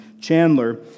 Chandler